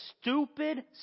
stupid